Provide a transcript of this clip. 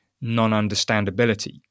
non-understandability